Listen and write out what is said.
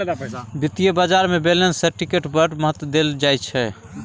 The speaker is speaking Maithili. वित्तीय बाजारमे बैलेंस शीटकेँ बड़ महत्व देल जाइत छै